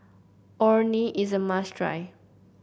Orh Nee is a must try